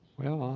well,